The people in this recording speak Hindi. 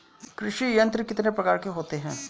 कृषि यंत्र कितने प्रकार के होते हैं?